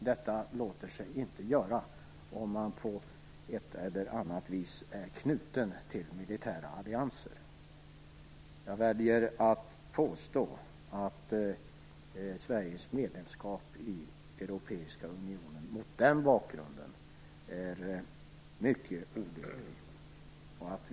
Detta låter sig inte göras om man på ett eller annat vis är knuten till militära allianser. Jag väljer att påstå att Sveriges medlemskap i Europeiska unionen mot den bakgrunden är mycket olyckligt.